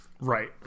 Right